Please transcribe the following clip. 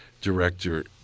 director